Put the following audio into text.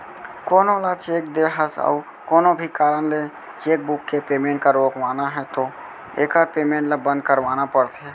कोनो ल चेक दे हस अउ कोनो भी कारन ले चेकबूक के पेमेंट रोकवाना है तो एकर पेमेंट ल बंद करवाना परथे